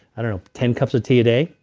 i don't know, ten cups of tea a day,